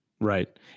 Right